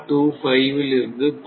25 ல் இருந்து 0